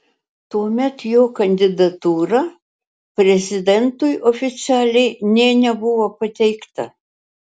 tuomet jo kandidatūra prezidentui oficialiai nė nebuvo pateikta